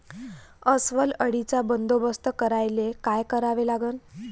अस्वल अळीचा बंदोबस्त करायले काय करावे लागन?